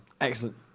Excellent